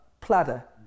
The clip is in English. platter